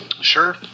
Sure